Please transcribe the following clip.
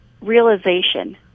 realization